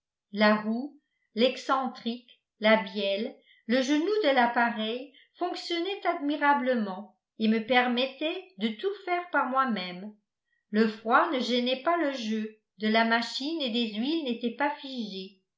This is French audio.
la roue l'excentrique la bielle le genou de l'appareil fonctionnaient admirablement et me permettaient de tout faire par moi-même le froid ne gênait pas le jeu de la machine et les huiles n'étaient pas figées